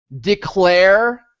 declare